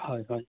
হয় হয়